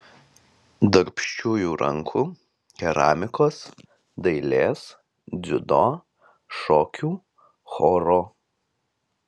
darbščiųjų rankų keramikos dailės dziudo šokių choro